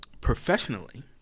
professionally